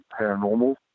paranormal